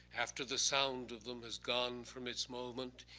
after the sound of them has gone from its moment,